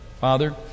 Father